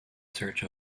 search